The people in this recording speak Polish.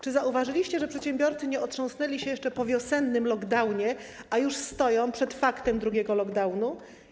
Czy zauważyliście, że przedsiębiorcy nie otrząsnęli się jeszcze po wiosennym lockdownie, a już stoją przed faktem drugiego lockdownu?